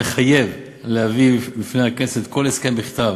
המחייב להביא לפני הכנסת כל הסכם בכתב